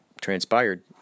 transpired